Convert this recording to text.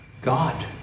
God